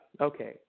okay